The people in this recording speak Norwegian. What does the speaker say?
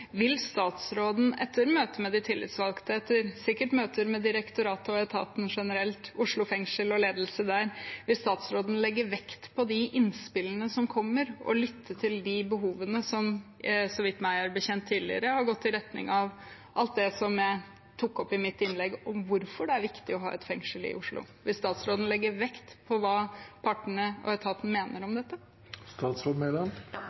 Vil statsråden etter møtet med de tillitsvalgte – og sikkert etter møter med direktoratet og etaten generelt, Oslo fengsel og ledelsen der – legge vekt på innspillene som kommer, og lytte til behovene, som meg bekjent tidligere har gått i retning av alt det jeg tok opp i mitt innlegg, om hvorfor det er viktig å ha et fengsel i Oslo? Vil statsråden legge vekt på hva partene og etaten mener om